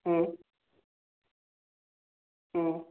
ହୁଁ ହୁଁ